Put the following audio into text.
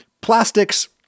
Plastics